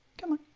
come on.